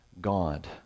God